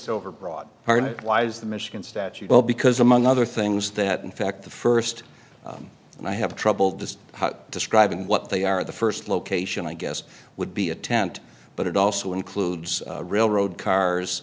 overbroad aren't lies the michigan statute well because among other things that in fact the first and i have trouble just describing what they are the first location i guess would be a tent but it also includes railroad cars